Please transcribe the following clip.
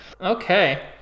Okay